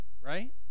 right